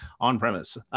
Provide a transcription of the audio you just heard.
on-premise